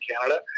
Canada